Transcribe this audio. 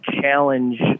challenge